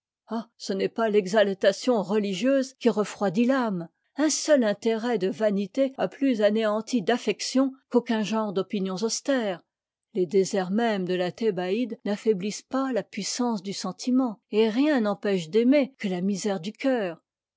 ce n'est pas l'exaltation religieuse qui refroidit l'âme un seul intérêt de vanité a plus anéanti d'affections qu'aucun genre d'opinions austères les déserts mêmes de la thébaïde n'affaiblissent pas la puissance du sentiment et rien n'empêche d'aimer que la misère du cœur